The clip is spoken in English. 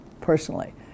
personally